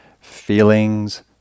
Feelings